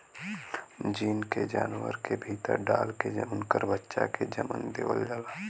gene के जानवर के भीतर डाल के उनकर बच्चा के जनम देवल जाला